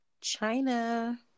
china